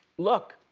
look,